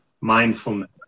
mindfulness